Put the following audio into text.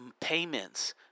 payments